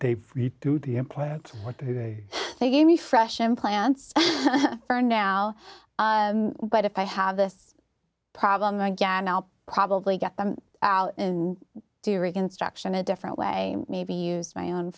which they gave me fresh implants for now but if i have this problem again i'll probably get them out do reconstruction a different way maybe use my own